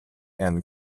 and